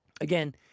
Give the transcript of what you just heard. Again